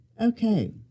Okay